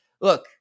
look